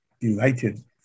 delighted